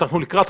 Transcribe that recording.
את כל החסמים,